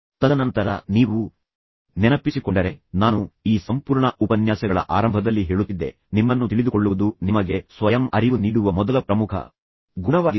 ತದನಂತರ ನೀವು ನೆನಪಿಸಿಕೊಂಡರೆ ನಾನು ಈ ಸಂಪೂರ್ಣ ಉಪನ್ಯಾಸಗಳ ಆರಂಭದಲ್ಲಿ ಹೇಳುತ್ತಿದ್ದೆ ನಿಮ್ಮನ್ನು ತಿಳಿದುಕೊಳ್ಳುವುದು ನಿಮಗೆ ಸ್ವಯಂ ಅರಿವು ನೀಡುವ ಮೊದಲ ಪ್ರಮುಖ ಗುಣವಾಗಿದೆ